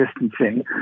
distancing